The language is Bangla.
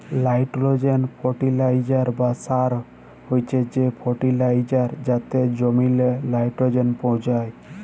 লাইট্রোজেল ফার্টিলিসার বা সার হছে সে ফার্টিলাইজার যাতে জমিল্লে লাইট্রোজেল পৌঁছায়